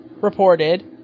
reported